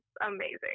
amazing